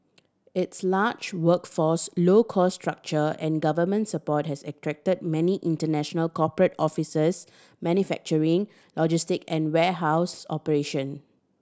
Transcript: its large workforce low cost structure and government support has attracted many international corporate officers manufacturing logistic and warehouse operation